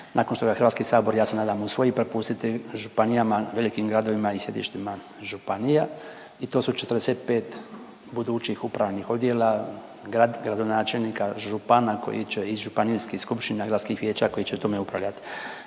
nakon što ga Hrvatski sabor ja se nadam usvoji prepustiti županijama, velikim gradovima i sjedištima županija i to su 45 budućih upravnih odjela, gradonačelnika, župana koji će i županijskih skupština, gradskih vijeća koji će tome upravljati.